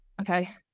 okay